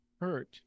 hurt